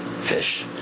fish